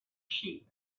sheep